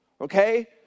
okay